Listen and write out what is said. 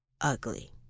ugly